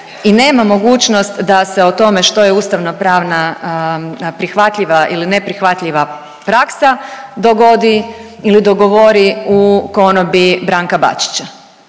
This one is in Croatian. i nema mogućnost da se o tome što je ustavno-pravna prihvatljiva ili neprihvatljiva praksa dogodi ili dogovori u konobi Branka Bačića.